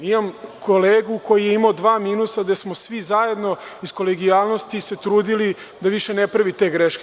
Imam kolegu koji je imao dva minusa, gde smo se svi zajedno iz kolegijalnosti trudili da više ne pravi te greške.